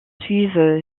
suivent